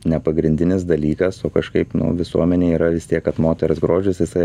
ne pagrindinis dalykas o kažkaip nu visuomenėj yra vis tiek kad moters grožis jisai